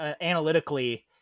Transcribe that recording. analytically